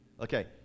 Okay